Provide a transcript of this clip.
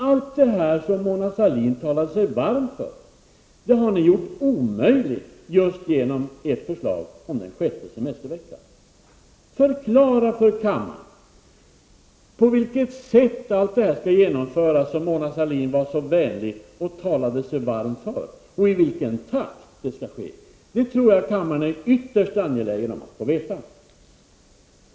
Allt det som Mona Sahlin talar sig så varm för, har ni omöjliggjort genom ert förslag om den sjätte semesterveckan. Förklara för kammaren på vilket sätt detta skall genomföras och i vilken takt det skall ske. Det tror jag att kammaren är ytterst angelägen om att få veta.